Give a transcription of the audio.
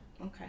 Okay